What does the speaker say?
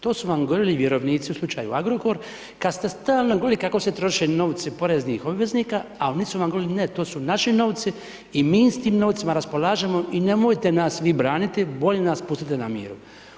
To su vam govorili vjerovnici u slučaju Agrokor, kad ste stalno govorili kako se troše novci poreznih obveznika, a oni su vam govorili ne to su naši novci i mi s tim novcima raspolažemo i nemojte nas vi braniti bolje nas pustite na miru.